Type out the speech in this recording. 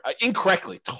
incorrectly